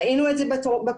ראינו את זה בקורונה.